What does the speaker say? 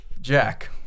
Jack